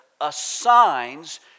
assigns